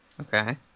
okay